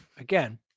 Again